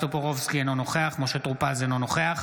טופורובסקי, אינו נוכח משה טור פז, אינו נוכח